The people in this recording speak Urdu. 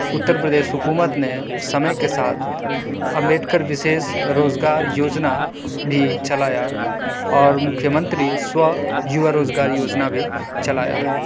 اترپردیش حکومت نے سمعے کے ساتھ امبیڈکر وشیش روزگار یوجنا بھی چلایا اور مکھیہ منتری سوا یوا روزگار یوجنا بھی چلایا ہے